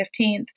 15th